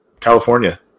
California